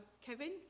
Kevin